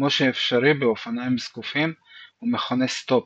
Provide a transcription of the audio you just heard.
כמו שאפשרי באופניים זקופים ומכונה "סטופי",